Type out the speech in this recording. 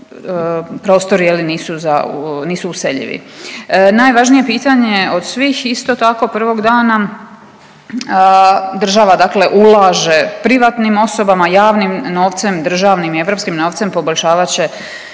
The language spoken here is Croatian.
nisu za, nisu useljivi. Najvažnije pitanje od svih, isto tako od prvog dana, država dakle ulaže privatnim osobama, javnim novcem, državnim i europskim novcem poboljšavat